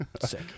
Sick